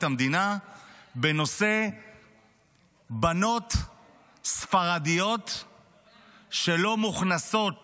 המדינה בנושא בנות ספרדיות שלא מוכנסות